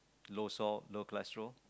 low salt low cholesterol